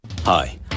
Hi